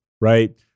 right